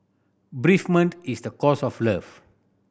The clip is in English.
bereavement is the cost of love